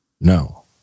No